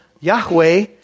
Yahweh